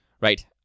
right